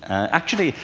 actually,